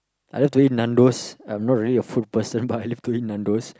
I love to eat Nandos I'm not really a food person but I love to eat Nandos